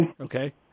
Okay